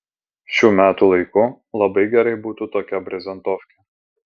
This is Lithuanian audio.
šiu metų laiku labai gerai būtų tokia brezentofkė